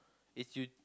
it's you